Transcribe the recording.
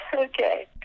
Okay